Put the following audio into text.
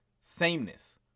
sameness